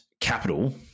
capital